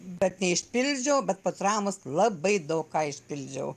bet neišpildžiau bet ppo traumos labai daug ką išpildžiau